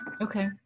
Okay